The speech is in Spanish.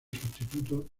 sustituto